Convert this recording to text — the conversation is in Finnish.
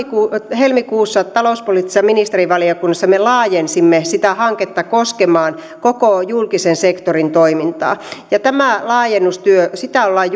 helmikuussa talouspoliittisessa ministerivaliokunnassa me laajensimme sitä hanketta koskemaan koko julkisen sektorin toimintaa ja tätä laajennustyötä ollaan